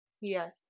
Yes